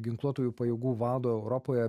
ginkluotųjų pajėgų vado europoje